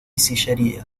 sillería